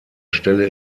stelle